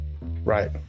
Right